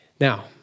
Now